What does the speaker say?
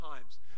times